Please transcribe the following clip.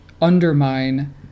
undermine